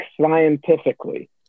scientifically